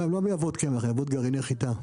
הן לא מייבאות קמח, הן מייבאות גרעיני חיטה.